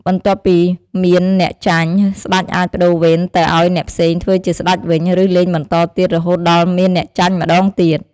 បន្ទាប់ពីមានអ្នកចាញ់ ស្តេចអាចប្តូរវេនទៅឱ្យអ្នកផ្សេងធ្វើជាស្តេចវិញ ឬលេងបន្តទៀតរហូតដល់មានអ្នកចាញ់ម្ដងទៀត។